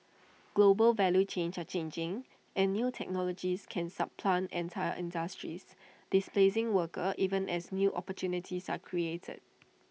global value chains are changing and new technologies can supplant entire industries displacing workers even as new opportunities are created